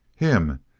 him!